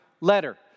letter